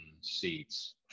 seats